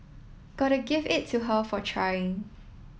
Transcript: gotta give it to her for trying